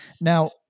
Now